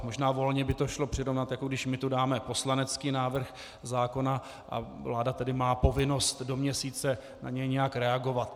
Možná volně by to šlo přirovnat, jako když my tu dáme poslanecký návrh zákona a vláda tedy má povinnost do měsíce na něj nějak reagovat.